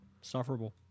sufferable